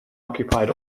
occupied